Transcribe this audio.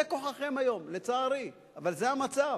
זה כוחכם היום, לצערי, אבל זה המצב.